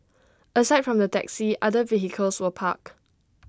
aside from the taxi the other vehicles were parked